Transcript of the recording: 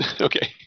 Okay